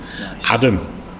Adam